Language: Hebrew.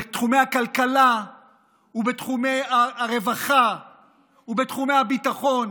בתחומי הכלכלה ובתחומי הרווחה ובתחומי הביטחון